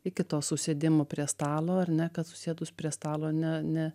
iki to susėdimo prie stalo ar ne kad susėdus prie stalo ne ne